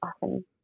often